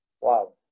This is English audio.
Wow